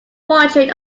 portrait